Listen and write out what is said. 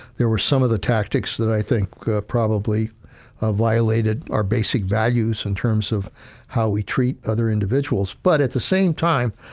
there were some of the tactics that i think probably violated our basic values in terms of how we treat other individuals. but at the same time,